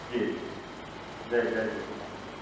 जी जय जय झूलेलाल